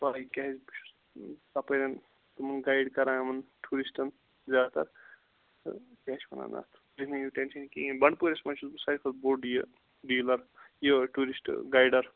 پاے کیاز بہٕ چھُس تَپٲرتِمَن گایڈ کَران یِمن ٹیورِسٹن زیادٕ تر تہٕ کیاہ چھِ وَنان اتھ تُہۍ مہٕ ہیٚیِو ٹٮ۪نشَن کِہیٖنۍ بَنڈپوٗرِس مَنٛز چھُس بہٕ ساروٕے کھۄتہٕ بوٚڈ یہِ ڈیٖلَر یہِ ٹیورِسٹ گایڈر